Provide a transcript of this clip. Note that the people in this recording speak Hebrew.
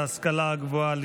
ההשכלה הגבוהה,